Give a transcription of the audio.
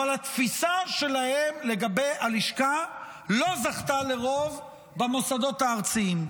אבל התפיסה שלהם לגבי הלשכה לא זכתה לרוב במוסדות הארציים.